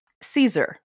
Caesar